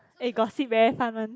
eh gossip eh fun [one]